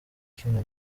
kimwe